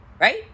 right